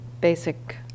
basic